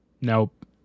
Nope